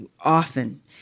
often